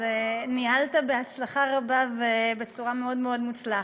אז ניהלת בהצלחה רבה, בצורה מאוד מאוד מוצלחת.